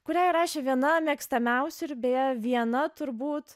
kurią rašė viena mėgstamiausių ir beje viena turbūt